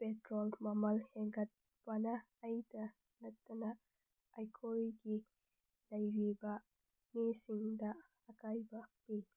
petrol ꯃꯃꯜ ꯍꯦꯟꯒꯠꯄꯅ ꯑꯩꯇ ꯅꯠꯇꯅ ꯑꯩꯈꯣꯏꯒꯤ ꯂꯩꯔꯤꯕ ꯃꯤꯁꯤꯡꯗ ꯑꯀꯥꯏꯕ ꯄꯤ